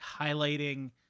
highlighting